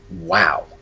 Wow